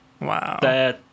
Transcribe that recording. Wow